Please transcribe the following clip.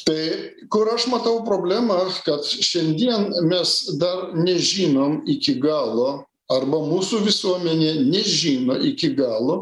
tai kur aš matau problemą kad šiandien mes dar nežinom iki galo arba mūsų visuomenė nežino iki galo